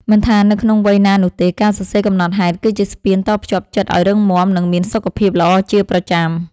មិនថានៅក្នុងវ័យណានោះទេ ការសរសេរកំណត់ហេតុគឺជាស្ពានតភ្ជាប់ចិត្តឱ្យរឹងមាំ និងមានសុខភាពល្អជាប្រចាំ។